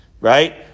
right